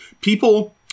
people